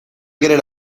querer